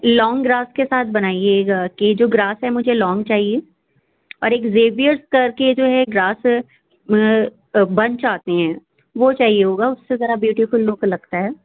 لونگ grass کے ساتھ بنائیے گا کہ جو گراس ہیں مجھے لونگ چاہیے اور ایک ریبئرس کرکے جو ہے گراس بنچ آتی ہیں وہ چاہیے ہوگا اُس سے ذرا بیوٹی فل لُک لگتا ہے